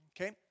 Okay